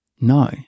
No